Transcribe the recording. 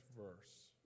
verse